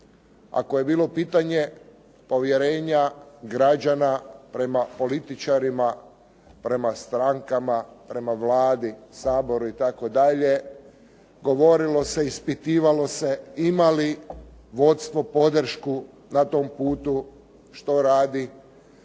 Ako je bilo pitanje povjerenja građana prema političarima, prema strankama, prema Vladi, Saboru itd. govorilo se, ispitivalo se ima li vodstvo podršku na tom putu, što radi,